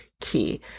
key